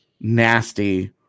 nasty